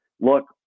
look